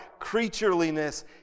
creatureliness